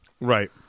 right